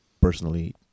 personally